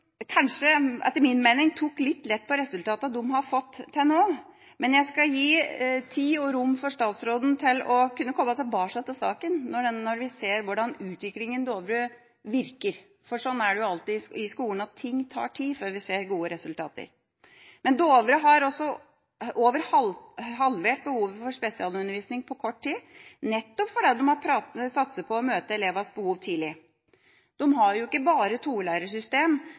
tid og rom til å komme tilbake til saken når vi ser hvordan utviklinga i Dovre virker. For sånn er det alltid i skolen at ting tar tid før vi ser gode resultater. Dovre har over halvert behovet for spesialundervisning på kort tid nettopp fordi de har satset på å møte elevenes behov tidlig. De har ikke bare